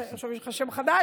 יש לך עכשיו שם חדש?